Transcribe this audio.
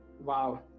Wow